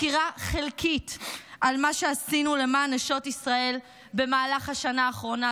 סקירה חלקית על מה שעשינו למען נשות ישראל במהלך השנה האחרונה,